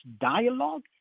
dialogue